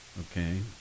Okay